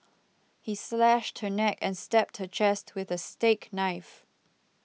he slashed her neck and stabbed her chest with a steak knife